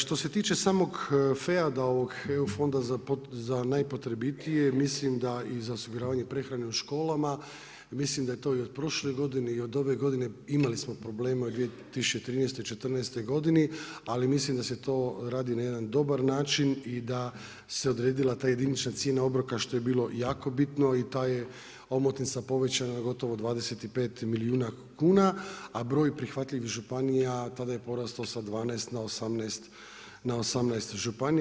Što se tiče samog FEAD-ovog EU fonda za najpotrebitije mislim da i za osiguranje prehrane u školama, mislim da je to i od prošle godine i od ove godine, imali smo problema i u 2013. i četrnaestoj godini ali mislim da se to radi na jedan dobar način i da se odredila ta jedinična cijena obroka što je bilo jako bitno i ta je omotnica povećana na gotovo 25 milijuna kuna, broj prihvatljiv županija tada je porastao sa 12 na 18 županija.